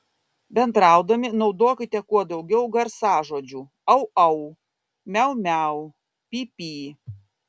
bendraudami naudokite kuo daugiau garsažodžių au au miau miau py py